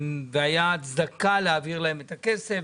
הייתה הצדקה להעביר להם את הכסף.